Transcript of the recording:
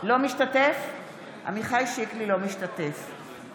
משתתף בהצבעה